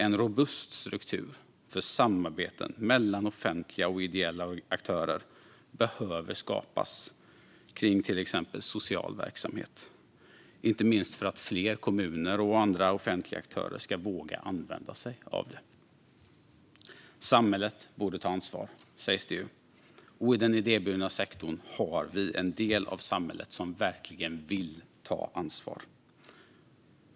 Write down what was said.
En robust struktur för samarbeten mellan offentliga och ideella aktörer behöver skapas kring till exempel social verksamhet, inte minst för att fler kommuner och andra offentliga aktörer ska våga använda sig av det. Ett förenklat upphand-lingsregelverk Ett förenklat upphand-lingsregelverk Samhället borde ta ansvar, sägs det ju, och i den idéburna sektorn har vi en del av samhället som verkligen vill ta ansvar.